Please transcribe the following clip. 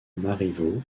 marivaux